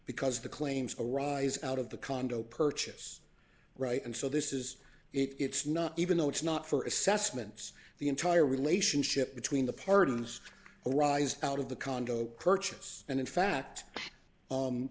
because the claims arise out of the condo purchase right and so this is it's not even though it's not for assessments the entire relationship between the purchase arise out of the condo purchase and in fact